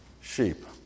sheep